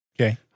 Okay